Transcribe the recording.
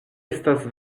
estas